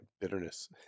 bitterness